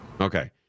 Okay